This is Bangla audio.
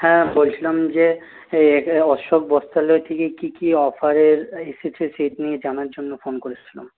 হ্যাঁ বলছিলাম যে এ অশোক বস্ত্রালয় থেকে কি কি অফারের এসেছে সেটা নিয়ে জানার জন্য ফোন করেছিলাম